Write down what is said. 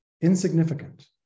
insignificant